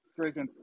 freaking